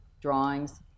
drawings